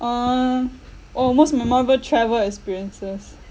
uh oh most memorable travel experiences